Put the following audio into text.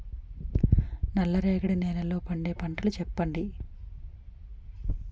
నల్ల రేగడి నెలలో పండే పంటలు చెప్పండి?